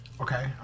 Okay